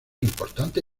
importante